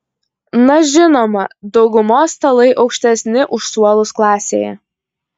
na žinoma daugumos stalai aukštesni už suolus klasėje